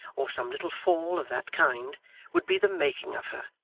or some little fall of that kind would be the making of her,